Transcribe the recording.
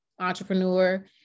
entrepreneur